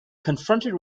confronted